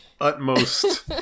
utmost